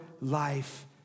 life